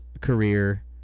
career